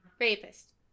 rapist